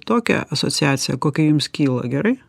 tokia asociacija kokia jums kyla gerai